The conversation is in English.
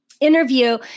interview